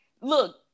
Look